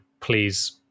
please